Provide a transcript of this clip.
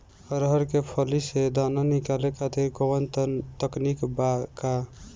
अरहर के फली से दाना निकाले खातिर कवन तकनीक बा का?